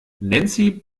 nancy